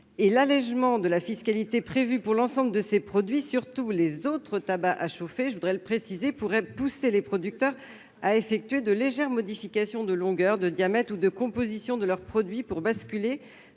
et l'allégement de la fiscalité prévue pour l'ensemble de ces produits, notamment les autres tabacs à chauffer, pourraient inciter les producteurs à effectuer de légères modifications de longueur, de diamètre ou de composition de leurs produits pour basculer